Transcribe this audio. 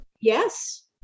Yes